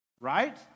right